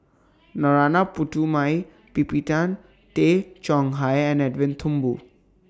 Narana Putumaippittan Tay Chong Hai and Edwin Thumboo